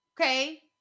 Okay